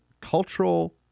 cultural